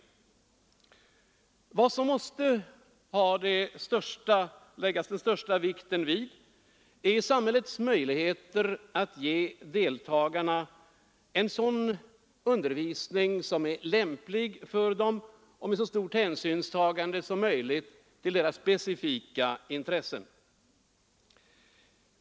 Det man måste lägga den största vikten vid är samhällets möjligheter att ge deltagarna den undervisning som är lämplig för dem och som tar hänsyn till deras specifika intressen.